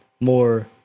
more